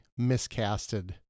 miscasted